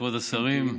כבוד השרים,